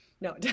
No